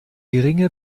geringe